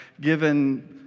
given